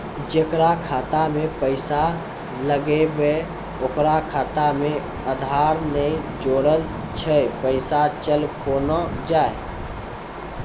जेकरा खाता मैं पैसा लगेबे ओकर खाता मे आधार ने जोड़लऽ छै पैसा चल कोना जाए?